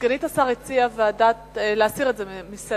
סגנית השר הציעה להסיר את זה מסדר-היום.